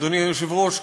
אדוני היושב-ראש,